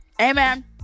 Amen